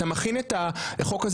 ואתה כבר מכין את החוק הזה